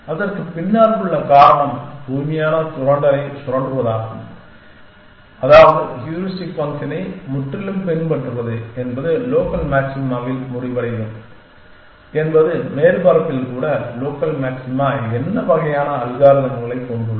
அதற்குப் பின்னால் உள்ள காரணம் தூய்மையான சுரண்டலைச் சுரண்டுவதாகும் அதாவது ஹூரிஸ்டிக் ஃபங்க்ஷனை முற்றிலும் பின்பற்றுவது என்பது லோக்கல் மாக்சிமாவில் முடிவடையும் என்பது மேற்பரப்பில் கூட லோகல் மாக்சிமா என்ன வகையான அல்காரிதம்களைக் கொண்டுள்ளது